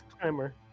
climber